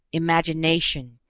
imagination,